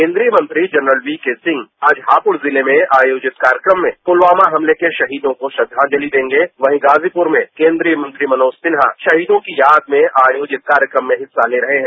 केन्द्रीय मंत्री general BK Singh आज हापुड़ जिले में आयोजित कार्यक्रम में पुलवामा हमले के शहीदों को श्रद्वांजलि देंगे वहीं गाजीपुर में केन्द्रीय मंत्री मनोज सिन्हा शहीदों की याद में आयोजित कार्यक्रम में हिस्सा ले रहे हैं